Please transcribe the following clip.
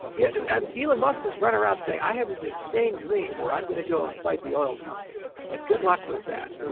yeah um elon musk has run around, saying, i have this insane dream where i'm going to go and fight the oil companies. companies. like good luck with that,